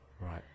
Right